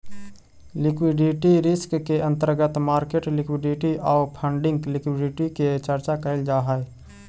liquidity risk के अंतर्गत market liquidity आउ फंडिंग लिक्विडिटी के चर्चा कैल जा हई